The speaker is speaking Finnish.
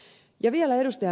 vielä ed